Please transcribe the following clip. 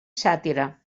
sàtira